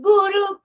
Guru